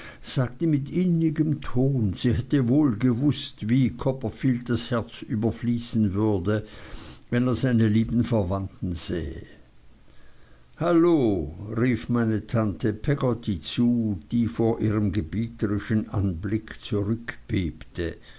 sagte mit innigem ton sie hätte wohl gewußt wie mr copperfield das herz überfließen würde wenn er seine lieben verwandten sähe hallo rief meine tante peggotty zu die vor ihrem gebieterischen anblick